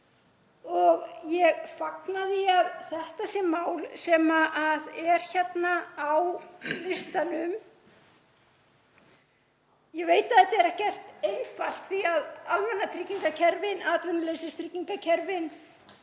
Ég fagna því að þetta sé mál sem er hérna á listanum. Ég veit að þetta er ekkert einfalt því að almannatryggingakerfin, atvinnuleysistryggingakerfin,